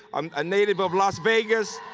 um a native of las vegas,